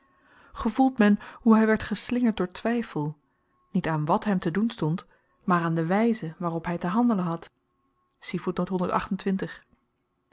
gevoelt men hoe hy werd geslingerd door twyfel niet aan wàt hem te doen stond maar aan de wyze waarop hy te handelen had